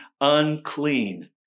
unclean